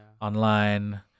online